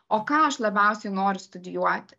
o ką aš labiausiai noriu studijuoti